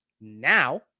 Now